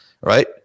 right